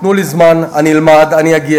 תנו לי זמן, אני אלמד, אני אגיע.